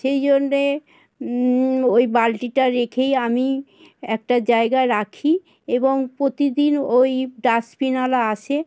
সেই জন্যে ওই বালতিটা রেখেই আমি একটা জায়গায় রাখি এবং প্রতিদিন ওই ডাস্টবিনওয়ালা আসে